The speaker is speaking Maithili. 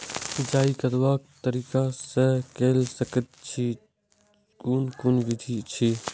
सिंचाई कतवा तरीका स के कैल सकैत छी कून कून विधि अछि?